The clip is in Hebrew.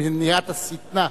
מניעת השטנה.